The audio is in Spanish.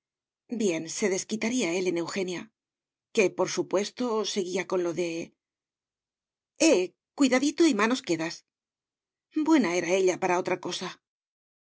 bien se desquitaría él en eugenia que por supuesto seguía con lo de eh cuidadito y manos quedas buena era ella para otra cosa